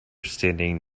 standing